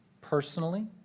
personally